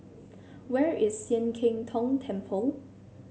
where is Sian Keng Tong Temple